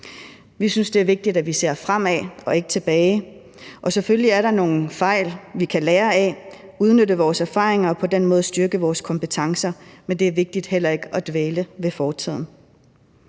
Vi synes, det er vigtigt, at vi ser fremad og ikke tilbage. Selvfølgelig er der nogle fejl, vi kan lære af – udnytte vores erfaringer og på den måde styrke vores kompetencer – men det er vigtigt heller ikke at dvæle ved fortiden.